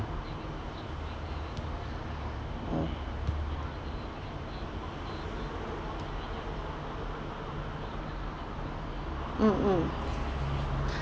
ah mm mm